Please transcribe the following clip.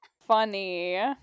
funny